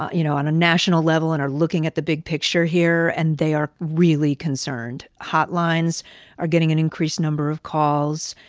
ah you know, on a national level and are looking at the big picture here, and they are really concerned. hotlines are getting an increased number of calls.